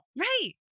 Right